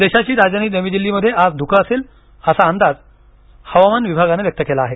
देशाची राजधानी नवी दिल्लीमध्ये आज धुकं असेल असा अंदाज हवामान विभागानं व्यक्त केला आहे